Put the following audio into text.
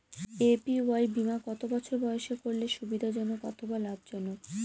APY বীমা কত বছর বয়সে করলে সুবিধা জনক অথবা লাভজনক?